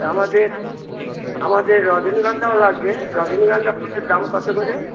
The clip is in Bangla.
আমাদের আমাদের রজনীগন্ধাও লাগবে রজনীগন্ধা ফুলের দাম কত করে